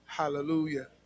Hallelujah